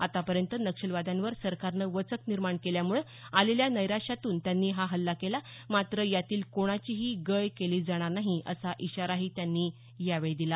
आतापर्यंत नक्षलवाद्यांवर सरकारने वचक निर्माण केल्यामुळे आलेल्या नैराश्यातून त्यांनी हा हल्ला केला मात्र यातील कोणाचीही गय केली जाणार नाही असा इशाराही त्यांनी यावेळी दिला